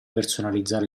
personalizzare